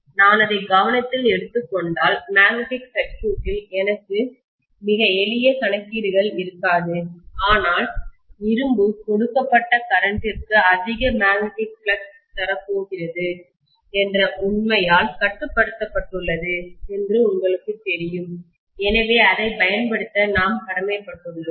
நான் அதை கவனத்தில் எடுத்துக் கொண்டால் மேக்னெட்டிக் சர்க்யூட்டில் எனக்கு மிக எளிய கணக்கீடுகள் இருக்காது ஆனால் இரும்பு கொடுக்கப்பட்ட கரண்ட்டிற்கு அதிக மேக்னெட்டிக் ஃப்ளக்ஸ் தரப்போகிறது என்ற உண்மையால் கட்டுப்படுத்தப்பட்டுள்ளது என்று உங்களுக்கு தெரியும் எனவே அதைப் பயன்படுத்த நாம் கடமைப்பட்டுள்ளோம்